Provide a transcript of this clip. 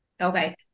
Okay